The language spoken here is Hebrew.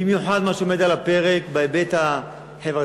במיוחד מה שעומד על הפרק בהיבט החברתי-כלכלי.